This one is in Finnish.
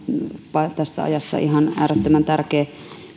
tässä ajassa ihan äärettömän tärkeä